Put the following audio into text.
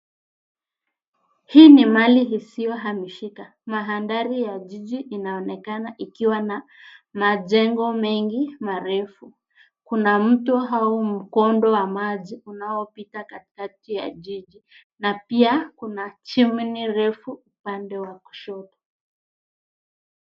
Hii ni mali isiyohamishika mandhari ya jiji inaonekana ikiwa na majengo mengi marefu ,kuna mtu au mkondo wa maji unaopita katikati ya jiji na pia kuna chimni refu upande wa kushoto.